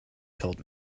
told